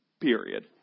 period